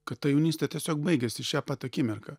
kad ta jaunystė tiesiog baigėsi šią pat akimirką